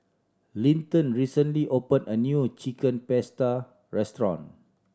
Linton recently opened a new Chicken Pasta restaurant